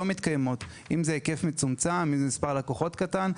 מתקיימות; אם זה היקף מצומצם או מספר לקוחות קטן,